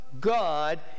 God